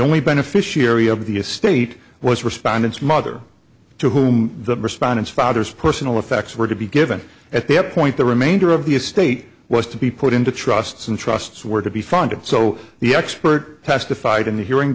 only beneficiary of the estate was respondants mother to whom the respondents father's personal effects were to be given at that point the remainder of the estate was to be put into trusts and trusts were to be funded so the expert testified in the hearing